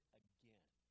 again